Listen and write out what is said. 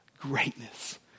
greatness